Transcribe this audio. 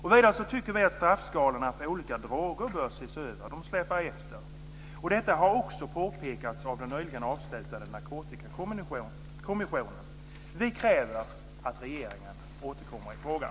Vidare tycker vi att straffskalorna när det gäller olika droger bör ses över. De släpar efter. Detta har också påpekats av den nyligen avslutade narkotikakommissionen. Vi kräver att regeringen återkommer i frågan.